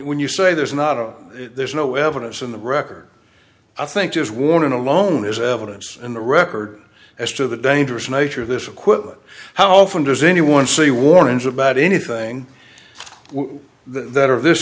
when you say there's not oh there's no evidence in the record i think his warning alone is evidence in the record as to the dangerous nature of this equipment how often does anyone see warnings about anything that of this